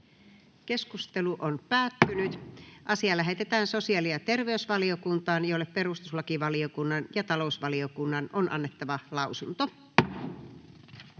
ehdottaa, että asia lähetetään sosiaali- ja terveysvaliokuntaan, jolle perustuslakivaliokunnan ja talousvaliokunnan on annettava lausunto.